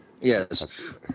Yes